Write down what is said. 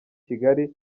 kigali